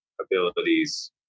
abilities